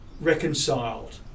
reconciled